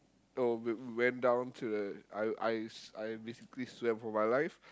oh we~ went down to the I I I basically swam for my life